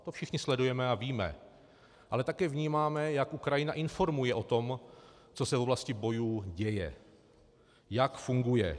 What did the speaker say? To všichni sledujeme a víme, ale také vnímáme, jak Ukrajina informuje o tom, co se v oblasti bojů děje, jak funguje.